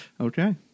Okay